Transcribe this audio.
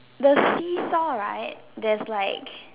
the seesaw right there's like